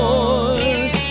Lord